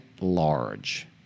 large